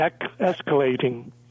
escalating